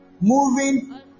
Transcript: moving